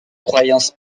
croyances